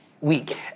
week